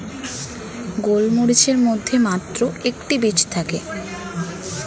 গোলমরিচের মধ্যে মাত্র একটি বীজ থাকে